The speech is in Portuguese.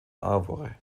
árvore